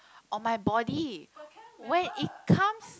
on my body when it comes